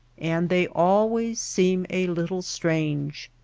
and they always seem a little strange.